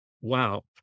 wow